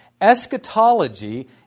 Eschatology